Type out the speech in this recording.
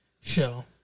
show